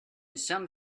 some